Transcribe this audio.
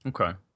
Okay